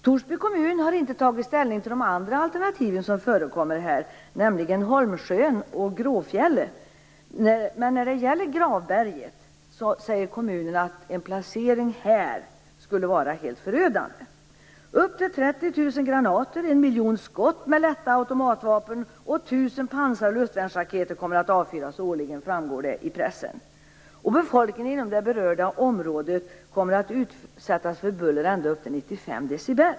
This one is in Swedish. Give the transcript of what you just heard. Torsby kommun har inte tagit ställning till de andra alternativ som förekommer, nämligen Holmsjöen och Gråfjellet. Men kommunen säger att en placering på Gravberget skulle vara förödande. Upp till 30 000 1 000 pansar och luftvärnsraketer kommer att avfyras årligen. Det framgår i pressen. Befolkningen inom det berörda området kommer att utsättas för buller ända upp till 95 decibel.